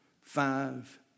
five